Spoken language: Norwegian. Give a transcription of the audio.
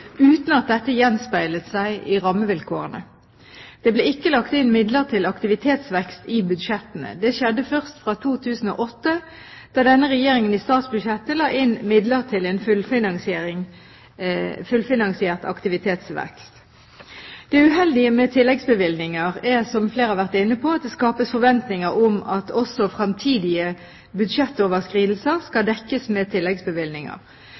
uten at dette gjenspeilet seg i rammevilkårene. Det ble ikke lagt inn midler til aktivitetsvekst i budsjettene. Det skjedde først fra 2008, da denne regjeringen i statsbudsjettet la inn midler til en fullfinansiert aktivitetsvekst. Det uheldige med tilleggsbevilgninger er, som flere har vært inne på, at det skapes forventninger om at også fremtidige budsjettoverskridelser skal dekkes med tilleggsbevilgninger.